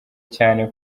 cyane